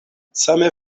same